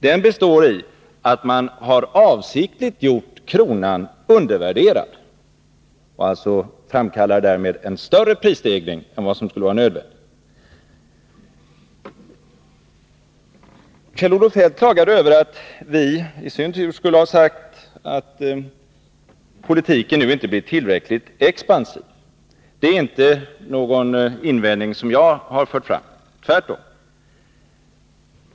Den består i att man avsiktligt har gjort kronan undervärderad och därmed framkallar en större prisstegring än vad som skulle vara nödvändigt. Kjell-Olof Feldt klagade över att vi borgerliga skulle ha sagt att politiken nu inte blir tillräckligt expansiv. Det är inte någon invändning som jag har fört fram — tvärtom!